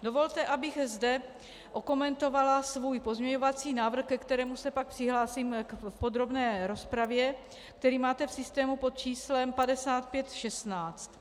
Dovolte, abych zde okomentovala svůj pozměňovací návrh, ke kterému se pak přihlásím v podrobné rozpravě, který máte v systému pod číslem 5516.